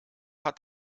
hat